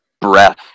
breath